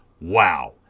Wow